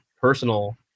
personal